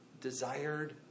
desired